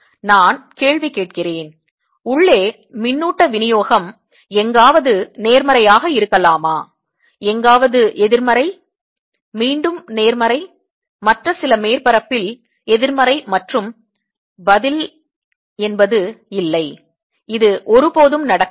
நான் கேள்வி கேட்கிறேன் உள்ளே மின்னூட்ட விநியோகம் எங்காவது நேர்மறையாக இருக்கலாமா எங்காவது எதிர்மறை மீண்டும் நேர்மறை மற்ற சில மேற்பரப்பில் எதிர்மறை மற்றும் பதில் என்பது இல்லை இது ஒருபோதும் நடக்காது